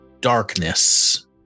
darkness